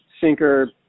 sinker